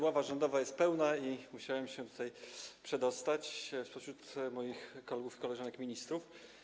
Ława rządowa jest pełna i musiałem się tutaj przedostać spośród moich kolegów i koleżanek ministrów.